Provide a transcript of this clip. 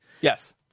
Yes